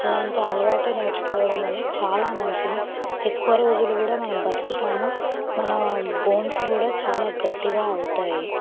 అలాంటి అలవాటే నేర్చుకోవడం వల్ల చాలా మంచిది ఎక్కువ రోజులు కూడా మనం బ్రతుకుతాము మన బోన్స్ కూడా చాలా గట్టిగా అవుతాయి